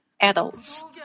adults